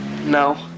No